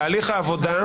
תהליך העבודה,